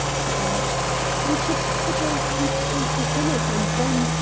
he urged we could put our suitcases in it and then,